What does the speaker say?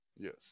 yes